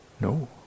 no